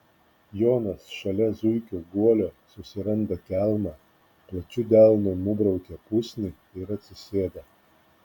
jonas šalia zuikio guolio susiranda kelmą plačiu delnu nubraukia pusnį ir atsisėda